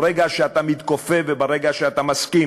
ברגע שאתה מתכופף וברגע שאתה מסכים